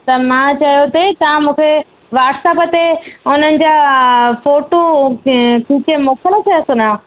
त मां चयो पिए तव्हां मूंखे वाट्सप ते उन्हनि जा फोटूं खीचे मोकिले सघंदा